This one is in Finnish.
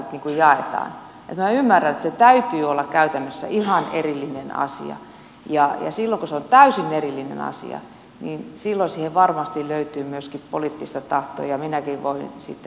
niin että minä ymmärrän että sen täytyy olla käytännössä ihan erillinen asia ja silloin kun se on täysin erillinen asia niin silloin siihen varmasti löytyy myöskin poliittista tahtoa ja minäkin voin sitten hyväksyä nämä